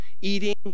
Eating